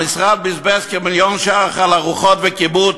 המשרד בזבז כמיליון ש"ח על ארוחות וכיבוד